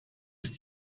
ist